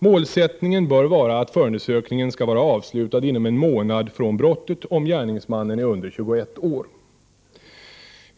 Målsättningen bör vara att förundersökningen skall vara avslutad inom en månad från brottet, om gärningsmannen är under 21 år.